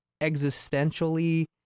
existentially